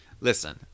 Listen